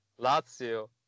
Lazio